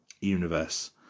universe